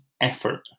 effort